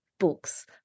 books